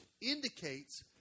indicates